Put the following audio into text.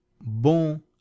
bon